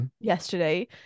Yesterday